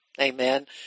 Amen